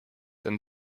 ten